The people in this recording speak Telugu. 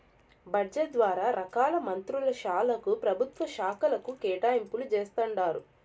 బడ్జెట్ ద్వారా రకాల మంత్రుల శాలకు, పెభుత్వ శాకలకు కేటాయింపులు జేస్తండారు